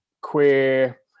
queer